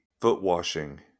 foot-washing